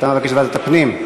אתה מבקש ועדת הפנים?